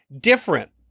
different